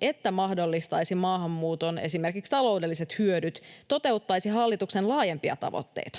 että mahdollistaisi maahanmuuton esimerkiksi taloudelliset hyödyt, toteuttaisi hallituksen laajempia tavoitteita.